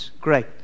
great